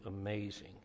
amazing